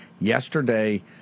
yesterday